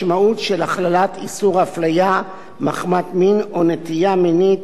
הפליה מחמת מין או נטייה מינית בהקשרו של החוק המסוים.